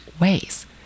ways